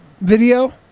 video